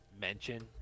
mention